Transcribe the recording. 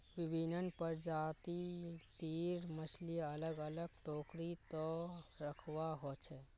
विभिन्न प्रजाति तीर मछली अलग अलग टोकरी त रखवा हो छे